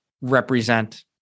represent